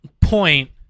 point